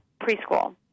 preschool